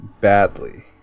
badly